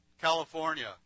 California